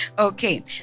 Okay